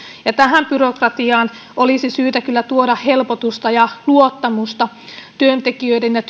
ja tähän byrokratiaan olisi syytä kyllä tuoda helpotusta ja luottamusta työntekijöiden ja